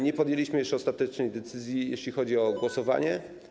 Nie podjęliśmy jeszcze ostatecznej decyzji, jeśli chodzi o głosowanie.